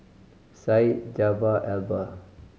Syed Jaafar Albar